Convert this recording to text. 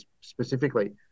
specifically